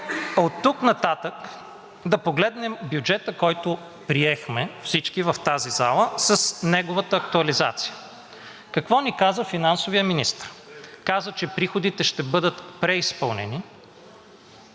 оттук нататък да погледнем бюджета, който приехме всички в тази зала, с неговата актуализация. Какво ни казва финансовият министър? Каза, че приходите ще бъдат преизпълнени.